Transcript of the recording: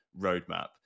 roadmap